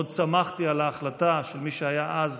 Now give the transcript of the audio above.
מאוד שמחתי על ההחלטה של מי שהיה אז